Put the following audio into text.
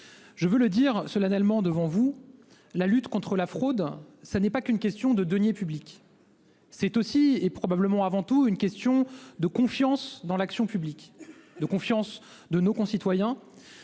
je le dis solennellement devant vous, la lutte contre la fraude n'est pas qu'une question de deniers publics. C'est aussi, et probablement avant tout, une question de confiance dans l'action publique, de confiance de nos concitoyens,